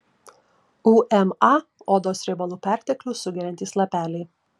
uma odos riebalų perteklių sugeriantys lapeliai